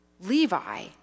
Levi